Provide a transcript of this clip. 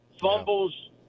Fumbles